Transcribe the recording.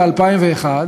ב-2001,